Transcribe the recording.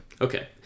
Okay